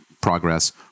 progress